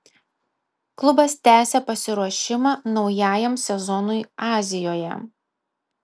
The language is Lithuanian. klubas tęsia pasiruošimą naujajam sezonui azijoje